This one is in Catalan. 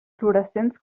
fluorescents